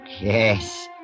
yes